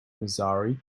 missouri